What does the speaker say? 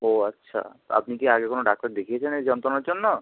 ও আচ্ছা তো আপনি কি আগে কোনো ডাক্তার দেখিয়েছেন এই যন্ত্রণার জন্য